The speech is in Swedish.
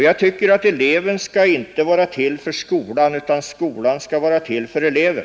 Jag anser att eleven inte skall vara till för skolan utan skolan skall vara till för eleven.